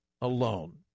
alone